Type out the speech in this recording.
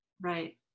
Right